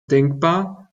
denkbar